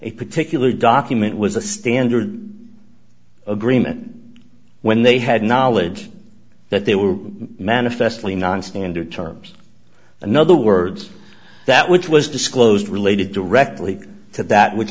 a particular document was a standard agreement when they had knowledge that they were manifestly nonstandard terms another words that which was disclosed related directly to that which